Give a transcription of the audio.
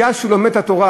מאז שהוא לומד את התורה,